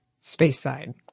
space-side